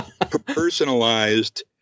personalized